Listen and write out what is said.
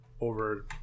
over